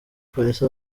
polisi